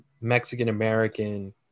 mexican-american